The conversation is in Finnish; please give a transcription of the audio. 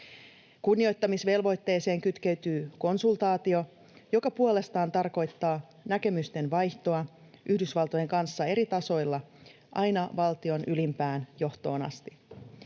Kunnioittamisvelvoitteeseen kytkeytyy konsultaatio, joka puolestaan tarkoittaa näkemysten vaihtoa Yhdysvaltojen kanssa eri tasoilla aina valtion ylimpään johtoon asti.